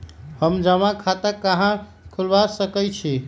हम जमा खाता कहां खुलवा सकई छी?